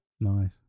nice